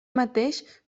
mateix